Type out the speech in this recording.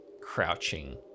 crouching